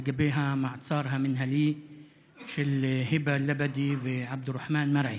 לגבי המעצר המינהלי של היבא א-לבדי ועבד אל-רחמן מרעי.